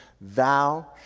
thou